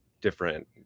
different